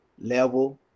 level